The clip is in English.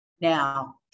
Now